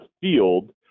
field